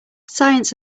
science